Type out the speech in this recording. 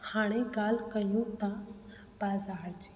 हाणे ॻाल्हि कयूं था बाज़ारि जी